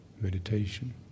meditation